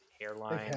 hairline